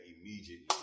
immediately